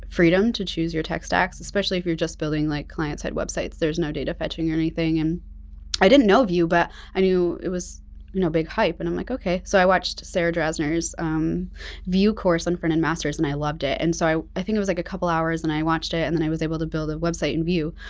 freedom to choose your tech stacks, especially if you're just building like client-site websites there's no data fetching or anything. i didn't know vue, but i knew it was you know big hype, and i'm like okay. so i watched sarah drasner's vue course in frontend masters and i loved it and so i i think it was like a couple hours, and i watched it and i was able to build a website in vue.